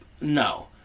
No